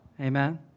amen